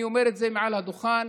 אני אומר את זה מעל הדוכן,